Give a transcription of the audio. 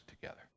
together